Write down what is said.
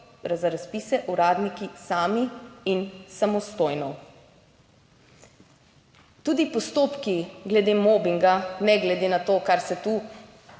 razpise uradniki sami in samostojno. Tudi postopki glede mobinga, ne glede na to, kar se tu